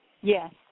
Yes